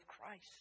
Christ